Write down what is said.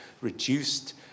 reduced